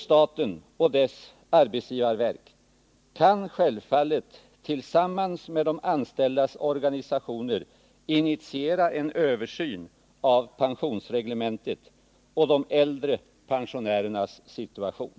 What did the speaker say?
Staten och dess arbetsgivarverk kan självfallet, tillsammans med de anställdas organisationer, initiera en översyn av pensionsreglementet och de äldre pensionärernas situation.